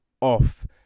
off